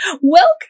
welcome